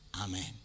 Amen